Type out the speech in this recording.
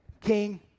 King